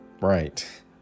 Right